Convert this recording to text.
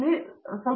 ಪ್ರತಾಪ್ ಹರಿಡೋಸ್ ಸರಿ